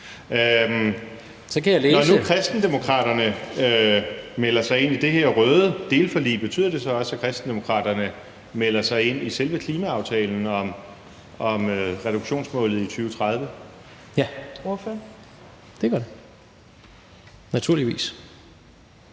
Når nu Kristendemokraterne melder sig ind i det her røde delforlig, betyder det så også, at Kristendemokraterne melder sig ind i selve klimaaftalen om reduktionsmålet i 2030? Kl. 18:01 Fjerde